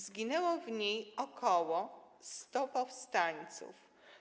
Zginęło w niej ok. 100 powstańców.